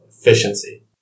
Efficiency